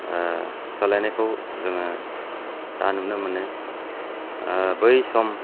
सोलायनायखौ जोङो दा नुनो मोनो बै सम